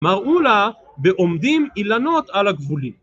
מראו לה בעומדים אילנות על הגבולים